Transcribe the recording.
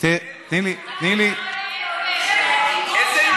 אתם נותנים לו גיבוי שנתיים וחצי,